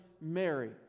Mary